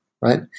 right